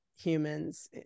humans